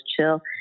chill